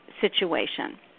situation